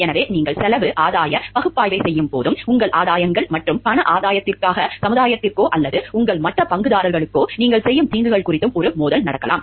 எனவே நீங்கள் செலவு ஆதாயப் பகுப்பாய்வைச் செய்யும்போதும் உங்கள் ஆதாயங்கள் மற்றும் பண ஆதாயத்திற்காக சமுதாயத்திற்கோ அல்லது உங்கள் மற்ற பங்குதாரர்களுக்கோ நீங்கள் செய்யும் தீங்குகள் குறித்தும் ஒரு மோதல் நடக்கலாம்